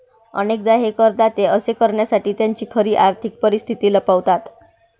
अनेकदा हे करदाते असे करण्यासाठी त्यांची खरी आर्थिक परिस्थिती लपवतात